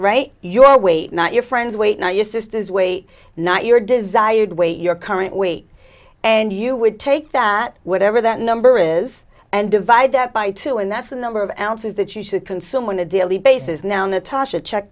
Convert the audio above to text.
right your weight not your friends weight now your sister's weight not your desired weight your current weight and you would take that whatever that number is and divide that by two and that's the number of answers that you should consume when a daily bases now natasha check